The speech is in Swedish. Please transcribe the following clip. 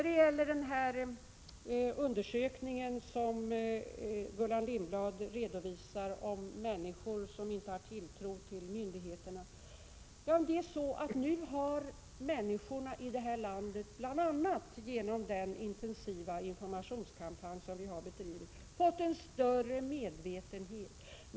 Beträffande den undersökning som Gullan Lindblad redogjorde för och som visar att människor inte har tilltro till myndigheterna kan jag säga att människorna i det här landet, bl.a. genom den intensiva informationskampanj som vi har bedrivit, har fått en större medvetenhet.